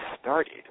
started